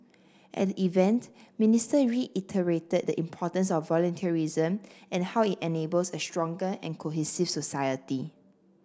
at the event Minister reiterated the importance of volunteerism and how it enables a stronger and cohesive society